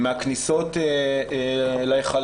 מן הכניסות להיכלות,